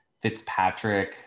Fitzpatrick